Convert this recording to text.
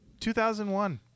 2001